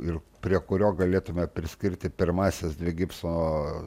ir prie kurio galėtume priskirti pirmąsias dvi gipso